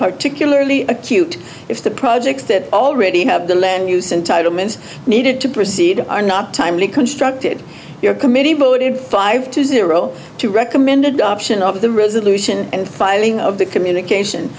particularly acute if the projects that already have the land use and title mins needed to proceed are not timely constructed your committee voted five two zero two recommended option of the resolution and filing of the communication